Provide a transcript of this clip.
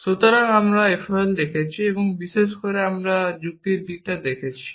সুতরাং আমরা FOL দেখছি এবং বিশেষ করে আমরা যুক্তির দিকটি দেখছি